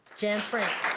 jan frank.